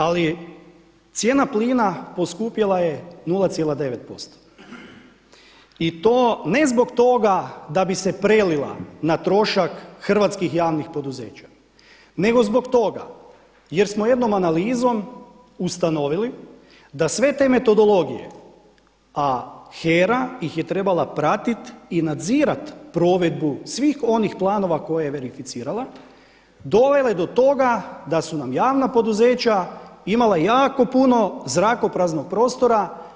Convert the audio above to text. Ali cijena plina poskupjela je 0,9% i to ne zbog toga da bi se prelila na trošak hrvatskih javnih poduzeća, nego zbog toga jer smo jednom analizom ustanovili da sve te metodologije, a HERA ih je trebala pratiti i nadzirat provedbu svih onih planova koje je verificirala, dovele do toga da su nam javna poduzeća imala jako puno zrakopraznog prostora.